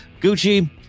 Gucci